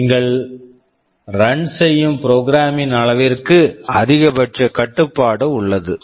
எனவே நீங்கள் run run செய்யும் புரோக்ராம் program ன் அளவிற்கு அதிகபட்ச கட்டுப்பாடு உள்ளது